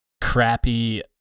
crappy